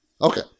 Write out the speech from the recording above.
Okay